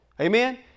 Amen